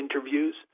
interviews